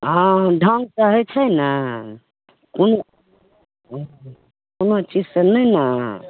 हँ हँ ढंगसॅं होइ छै ने कोनो ओहिसॅं कोनो चीजसॅं नहि ने